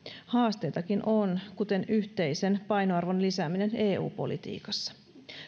haasteitakin on kuten yhteisen painoarvon lisääminen eu politiikassa